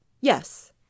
Yes